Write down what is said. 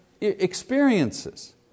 experiences